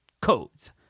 codes